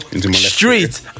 street